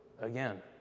again